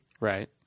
Right